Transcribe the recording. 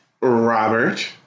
Robert